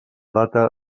data